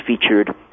featured